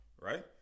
right